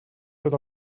tot